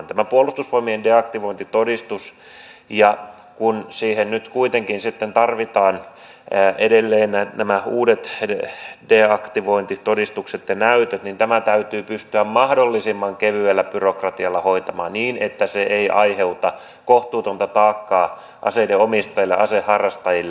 mitä tulee tähän puolustusvoimien deaktivointitodistukseen kun siihen nyt kuitenkin sitten tarvitaan edelleen nämä uudet deaktivointitodistukset ja näytöt täytyy pystyä mahdollisimman kevyellä byrokratialla hoitamaan se niin että se ei aiheuta kohtuutonta taakkaa aseiden omistajille aseharrastajille